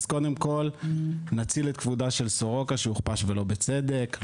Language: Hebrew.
קודם כול נציל את כבודה של סורוקה שהוכפש שלא בצדק,